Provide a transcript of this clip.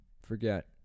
forget